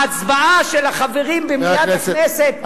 ההצבעה של החברים במליאת הכנסת,